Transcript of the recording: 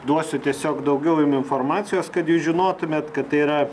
duosiu tiesiog daugiau jum informacijos kad jūs žinotumėt kad tai yra